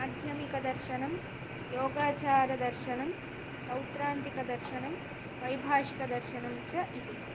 माध्यमिकदर्शनं योगाचारदर्शनं सौत्रान्तिकदर्शनं वैभाषिकदर्शनं च इति